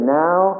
now